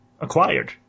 acquired